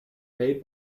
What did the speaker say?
made